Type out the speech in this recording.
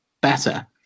better